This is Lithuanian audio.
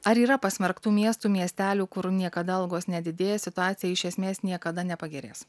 ar yra pasmerktų miestų miestelių kur niekada algos nedidėja situacija iš esmės niekada nepagerės